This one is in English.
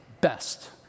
best